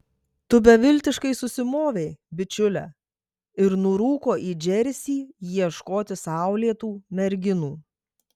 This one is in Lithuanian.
tu beviltiškai susimovei bičiule ir nurūko į džersį ieškoti saulėtų merginų